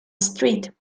street